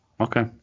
Okay